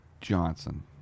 Johnson